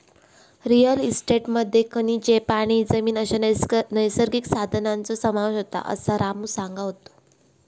real इस्टेटमध्ये खनिजे, पाणी, जमीन अश्या नैसर्गिक संसाधनांचो समावेश होता, असा रामू सांगा होतो